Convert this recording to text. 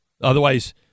Otherwise